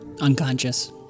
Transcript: Unconscious